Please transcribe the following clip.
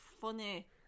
funny